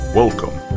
welcome